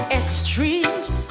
extremes